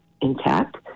intact